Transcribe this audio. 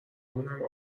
مونم